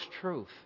truth